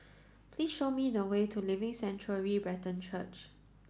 please show me the way to Living Sanctuary Brethren Church